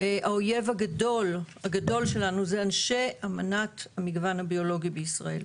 האויב הגדול שלנו זה אנשי אמנת המגוון הביולוגי בישראל.